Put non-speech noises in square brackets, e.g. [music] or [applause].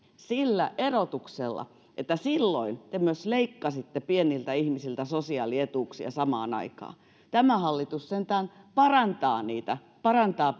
sillä erotuksella että silloin te myös leikkasitte pieniltä ihmisiltä sosiaalietuuksia samaan aikaan tämä hallitus sentään parantaa niitä parantaa [unintelligible]